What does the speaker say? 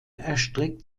erstreckt